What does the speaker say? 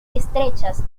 estrechas